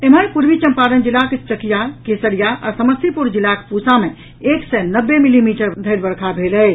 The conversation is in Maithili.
एम्हर पूर्वी चंपारण जिलाक चकिया केसरिया आ समस्तीपुर जिलाक पूसा मे एक सय नब्बे मिलीमीटर धरि वर्षा भेल अछि